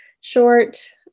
short